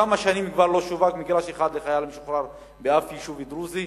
כבר כמה שנים לא שווק בהן מגרש אחד לחייל משוחרר באף יישוב דרוזי,